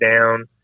down